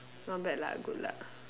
not bad lah good luck